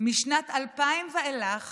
משנת 2000 ואילך